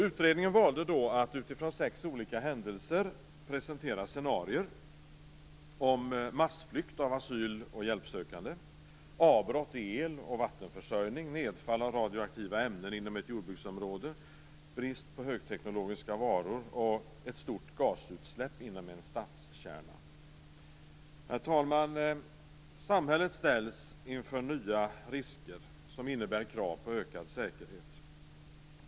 Utredningen valde att utifrån sex olika händelser presentera scenarier om massflykt av asyl och hjälpsökande avbrott i el och vattenförsörjning nedfall av radioaktiva ämnen inom ett jordbruksområde brist på högteknologiska varor ett stort gasutsläpp inom en stadskärna. Herr talman! Samhället ställs inför nya risker som innebär krav på ökad säkerhet.